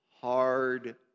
hard